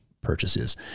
purchases